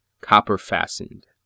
copper-fastened